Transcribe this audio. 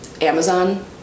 amazon